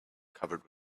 covered